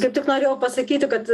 kaip tik norėjau pasakyti kad